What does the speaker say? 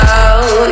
out